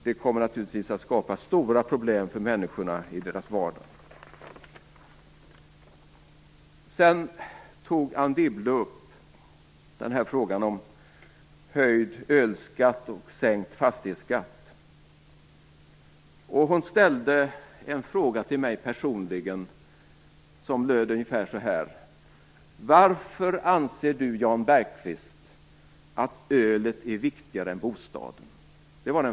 Det kommer naturligtvis att skapa stora problem för människor i deras vardag. Anne Wibble tog upp frågan om höjd ölskatt och sänkt fastighetsskatt. Hon ställde en fråga till mig personligen som löd ungefär så här: Varför anser du, Jan Bergqvist, att ölet är viktigare än bostaden?